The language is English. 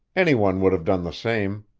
any one would have done the same.